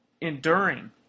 enduring